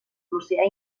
l’oceà